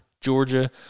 Georgia –